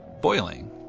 boiling